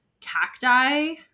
cacti